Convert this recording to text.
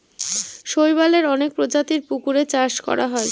শৈবালের অনেক প্রজাতির পুকুরে চাষ করা হয়